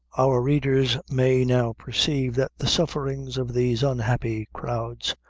our readers may now perceive, that the sufferings of these unhappy crowds,